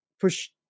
push